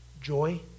joy